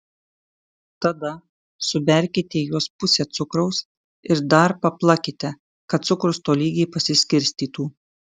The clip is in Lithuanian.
tada suberkite į juos pusę cukraus ir dar paplakite kad cukrus tolygiai pasiskirstytų